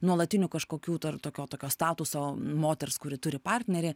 nuolatinių kažkokių tar tokio tokio statuso moters kuri turi partnerį